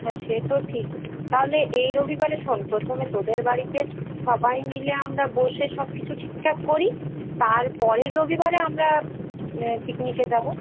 হ্যাঁ সে তো ঠিক তাহলে এই রবিবারে শোন প্রথমে তোদের বাড়িতে সবাই মিলে আমরা বসে সবকিছু ঠিকঠাক করি তার পরের রবিবারে আমরা পিকনিকে যাবো